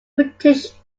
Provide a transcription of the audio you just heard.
british